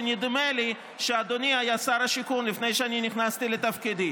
ונדמה לי שאדוני היה שר השיכון לפני שאני נכנסתי לתפקידי.